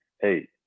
Hey